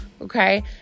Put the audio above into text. okay